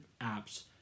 apps